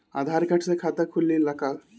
आधार card से खाता खुले ला का?